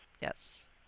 Yes